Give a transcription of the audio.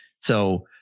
So-